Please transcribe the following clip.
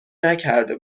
نکرده